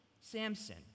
Samson